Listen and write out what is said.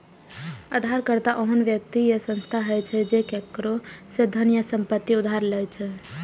उधारकर्ता ओहन व्यक्ति या संस्था होइ छै, जे केकरो सं धन या संपत्ति उधार लै छै